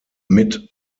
mit